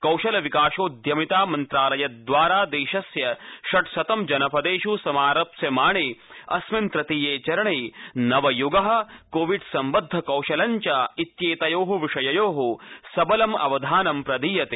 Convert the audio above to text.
कौशल विकासोदयमिता मन्त्रालय दवारा देशस्य षड्शतं जनपदे समारप्स्यमाणे अस्मिन् तृतीयचरणे नवय्गः कोविड संबंद्ध कौशलञ्च इत्येतयोः विषययोः सबलम् अवधानं दीयते